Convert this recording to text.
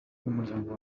n’umuryango